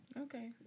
Okay